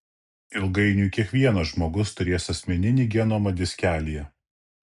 ilgainiui kiekvienas žmogus turės asmeninį genomą diskelyje